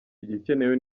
igikenewe